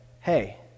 hey